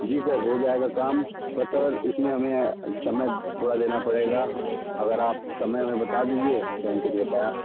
जी sir हो जाएगा काम पर सर इसमें हमें समय थोड़ा देना पड़ेगा अगर आप समय हमें बता दीजिये तो हम कुछ बताएँ